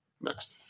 Next